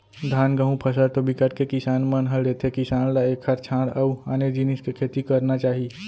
धान, गहूँ फसल तो बिकट के किसान मन ह लेथे किसान ल एखर छांड़ अउ आने जिनिस के खेती करना चाही